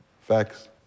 Facts